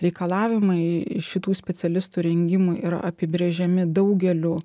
reikalavimai šitų specialistų rengimui yra apibrėžiami daugeliu